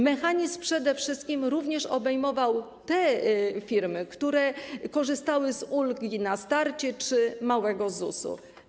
Mechanizm przede wszystkim obejmował te firmy, które korzystały z ulgi na start czy małego ZUS-u.